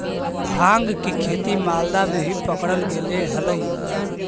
भाँग के खेती मालदा में भी पकडल गेले हलई